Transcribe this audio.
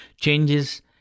Changes